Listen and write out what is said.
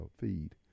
feed